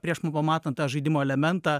prieš pamatant tą žaidimo elementą